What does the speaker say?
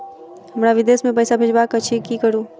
हमरा विदेश मे पैसा भेजबाक अछि की करू?